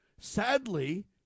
Sadly